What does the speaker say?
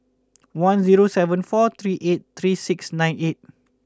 one zero seven four three eight three six nine eight